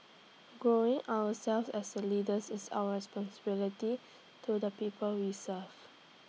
growing ourselves as leaders is our responsibility to the people we serve